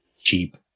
cheap